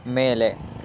ಮೇಲೆ